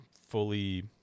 fully